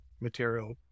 material